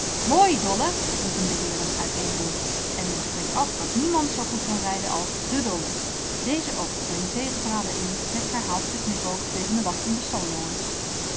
mooi dolle roepen de heeren uit éénen mond en men spreekt af dat niemand zoo goed rijden kan als de dolle deze oogst zijne zegepralen in met herhaald geknipoog tegen de wachtende